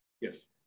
Yes